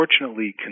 unfortunately